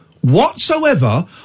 whatsoever